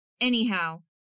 Anyhow